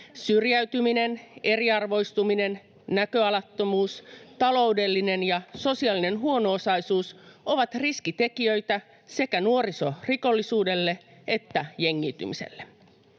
Syrjäytyminen, eriarvoistuminen, näköalattomuus, taloudellinen ja sosiaalinen huono-osaisuus ovat riskitekijöitä sekä nuorisorikollisuudelle että jengiytymiselle.